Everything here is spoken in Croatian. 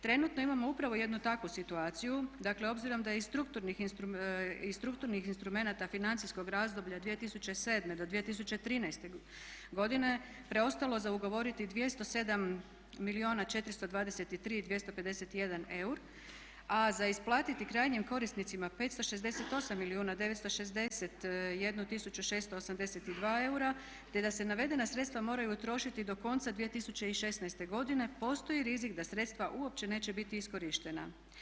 Trenutno imamo upravo jednu takvu situaciju, dakle obzirom da je iz strukturnih instrumenata financijskog razdoblja 2007. do 2013. godine preostalo za ugovoriti 207 milijuna 423 251 euro a za isplatiti krajnjim korisnicima 568 milijuna 961 tisuću 682 eura te da se navedena sredstva moraju utrošiti do konca 2016. godine postoji rizik da sredstva uopće neće biti iskorištena.